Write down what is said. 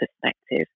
perspective